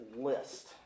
list